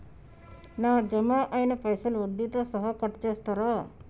నా జమ అయినా పైసల్ వడ్డీతో సహా కట్ చేస్తరా?